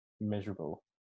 miserable